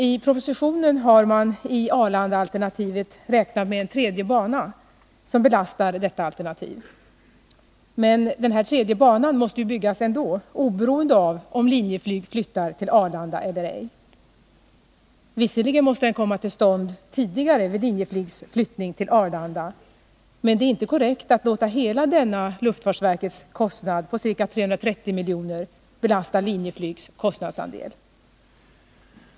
I propositionen har man i Arlandaalternativet räknat med en tredje bana som belastar detta alternativ. Men denna tredje bana måste byggas ändå, oberoende av om Linjeflyg flyttar till Arlanda eller ej. Visserligen måste den komma till stånd tidigare vid Linjeflygs flyttning till Arlanda, men det är ej korrekt att låta hela denna luftfartsverkets kostnad, ca 330 miljoner, belasta Linjeflygs kostnadsandel.